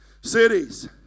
cities